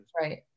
Right